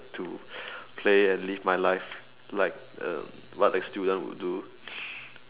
to play and live my life like uh what a student would do